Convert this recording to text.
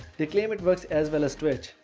they claim it works as well as twitch.